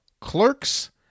clerk's